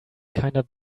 kinda